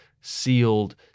sealed